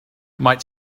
might